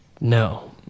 No